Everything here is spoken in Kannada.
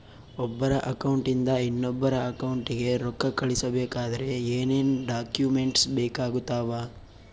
ಒಬ್ಬರ ಅಕೌಂಟ್ ಇಂದ ಇನ್ನೊಬ್ಬರ ಅಕೌಂಟಿಗೆ ರೊಕ್ಕ ಕಳಿಸಬೇಕಾದ್ರೆ ಏನೇನ್ ಡಾಕ್ಯೂಮೆಂಟ್ಸ್ ಬೇಕಾಗುತ್ತಾವ?